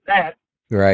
Right